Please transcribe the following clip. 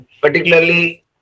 particularly